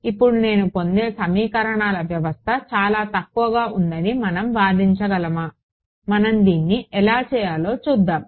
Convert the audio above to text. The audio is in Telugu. ఇప్పుడు నేను పొందే సమీకరణాల వ్యవస్థ చాలా తక్కువగా ఉందని మనం వాదించగలమా మనం దీన్ని ఎలా చేయాలో చూద్దాం